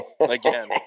again